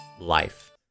life